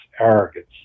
arrogance